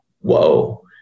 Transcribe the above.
whoa